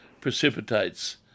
precipitates